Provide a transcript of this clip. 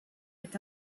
est